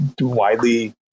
Widely